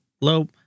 low